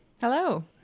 Hello